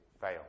fail